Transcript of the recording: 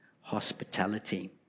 hospitality